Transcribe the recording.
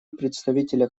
представителя